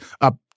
Up